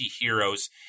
heroes